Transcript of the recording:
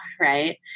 right